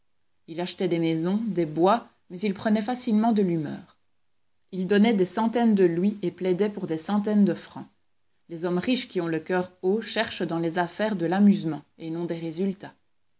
il achetait des maisons des bois mais il prenait facilement de l'humeur il donnait des centaines de louis et plaidait pour des centaines de francs les hommes riches qui ont le coeur haut cherchent dans les affaires de l'amusement et non des résultats